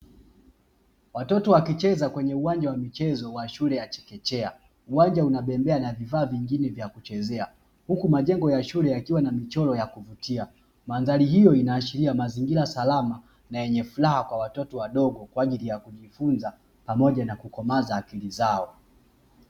Watoto wakicheza kwenye uwanja wa michezo wa shule ya chekechea. Uwanja una bembea na vifaa vingine vya kuchezea huku majengo ya shule yakiwa na michoro ya kuvutia. Mandhari hiyo inaashiria mazingira salama na yenye furaha kwa watoto wadogo kwa ajili ya kujifunza na kukomaza akili zao.